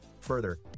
further